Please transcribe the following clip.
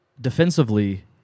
defensively